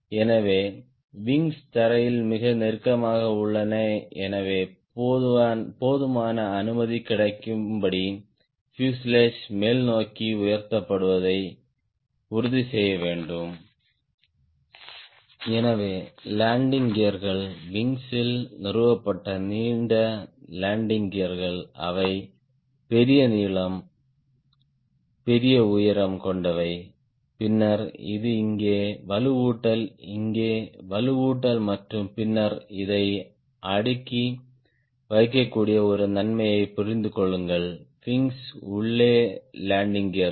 எனவே விங்ஸ் தரையில் மிக நெருக்கமாக உள்ளன எனவே போதுமான அனுமதி கிடைக்கும்படி பியூசேலாஜ் மேல்நோக்கி உயர்த்தப்படுவதை உறுதி செய்ய வேண்டும் எனவே லேண்டிங் கியர்கள் விங்ஸ் ல் நிறுவப்பட்ட நீண்ட லேண்டிங் கியர்கள் landing gears அவை பெரிய நீளம் பெரிய உயரம் கொண்டவை பின்னர் இது இங்கே வலுவூட்டல் இங்கே வலுவூட்டல் மற்றும் பின்னர் இதை அடுக்கி வைக்கக்கூடிய ஒரு நன்மையைப் புரிந்து கொள்ளுங்கள் விங்ஸ் உள்ளே லேண்டிங் கியர்கள்